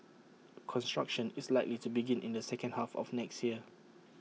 construction is likely to begin in the second half of next year